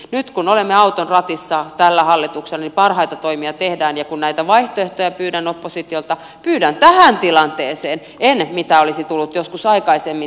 nyt kun olemme auton ratissa tässä hallituksessa niin parhaita toimia tehdään ja kun näitä vaihtoehtoja pyydän oppositiolta pyydän tähän tilanteeseen en siihen mikä oli joskus aikaisemmin